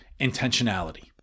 intentionality